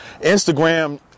Instagram